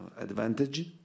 advantage